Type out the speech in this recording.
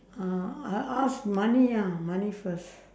uh I'll ask money ah money first